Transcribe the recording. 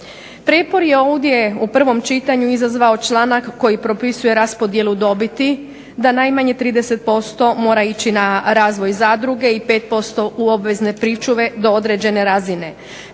Prijepor je ovdje u prvom čitanju izazvao članak koji propisuje raspodjelu dobiti da najmanje 30% mora ići na razvoj zadruge i 5% u obvezne pričuve do određene razine.